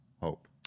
Hope